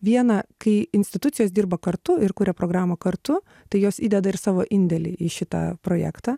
viena kai institucijos dirba kartu ir kuria programą kartu tai jos įdeda ir savo indėlį į šitą projektą